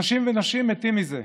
אנשים ונשים מתים מזה,